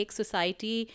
society